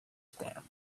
stamp